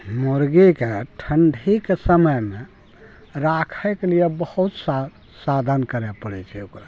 मुर्गीके ठंडीके समयमे राखैके लिए बहुत सा साधन करय पड़ै छै ओकरा